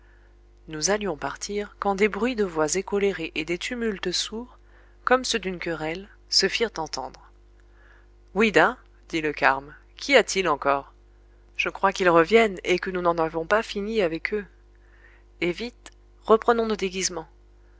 nous allions partir quand des bruits de voix écolérées et des tumultes sourds comme ceux d'une querelle se firent entendre oui dà dit le carme qu'y a-t-il encore je crois qu'ils reviennent et que nous n'en avons pas uni avec eux et vile reprenons nos déguisements